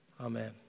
Amen